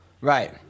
Right